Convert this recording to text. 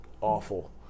awful